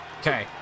okay